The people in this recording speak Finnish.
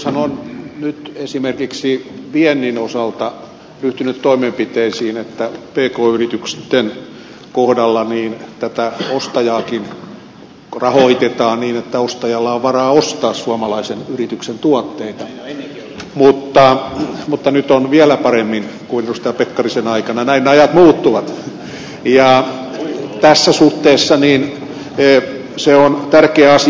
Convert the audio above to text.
hallitushan on nyt esimerkiksi viennin osalta ryhtynyt toimenpiteisiin että pk yritysten kohdalla ostajaakin rahoitetaan niin että ostajalla on varaa ostaa suomalaisen yrityksen tuotteita mutta nyt on vielä paremmin kuin edustaja pekkarisen aikana näin ne ajat muuttuvat ja tässä suhteessa se on tärkeä asia